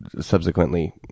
subsequently